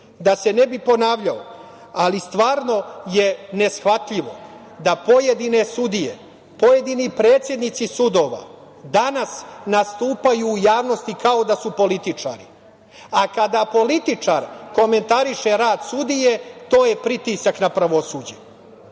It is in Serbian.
Da se ne bih ponavljao, ali stvarno je neshvatljivo da pojedine sudije, pojedini predsednici sudova danas nastupaju u javnosti kao da su političari, a kada političar komentariše rad sudije to je pritisak na pravosuđe.